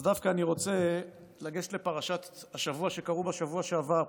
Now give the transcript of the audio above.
אז דווקא אני רוצה לגשת לפרשה שקראו בשבוע שעבר,